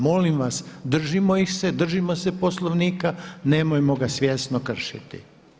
Molim vas, držimo ih se, držimo se Poslovnika, nemojmo ga svjesno kršiti.